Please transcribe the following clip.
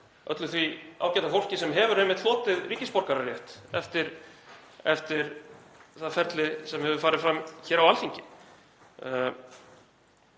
öllu því ágæta fólki sem hefur einmitt hlotið ríkisborgararétt eftir það ferli sem hefur farið fram hér á Alþingi.